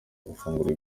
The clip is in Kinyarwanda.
gufungura